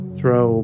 throw